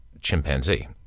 chimpanzee